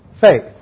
Faith